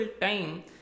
time